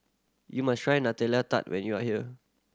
you must try Nutella Tart when you are here